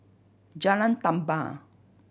Jalan Tambur